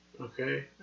Okay